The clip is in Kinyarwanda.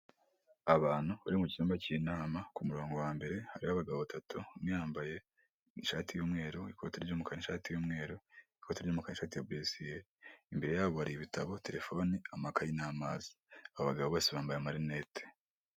Abantu bari mu cyumba cy'inama ku murongo wa mbere hariho abagabo batatu, umwe yambaye ishati y'umweru, ikoti ry'umukara n'ishati y'umweru, ikoti ry'umukara, ishati ya buresiyeri, imbere yabo, hari ibitabo, terefone, amakaye n'amazi, abagabo bose bambaye marineti.